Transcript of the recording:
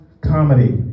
comedy